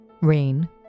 Rain